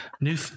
new